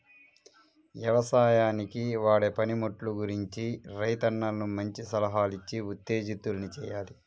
యవసాయానికి వాడే పనిముట్లు గురించి రైతన్నలను మంచి సలహాలిచ్చి ఉత్తేజితుల్ని చెయ్యాలి